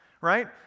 Right